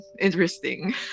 Interesting